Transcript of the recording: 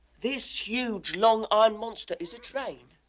this huge, long iron monster is a train?